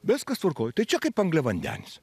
viskas tvarkoj tai čia kaip angliavandenis